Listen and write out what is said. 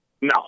No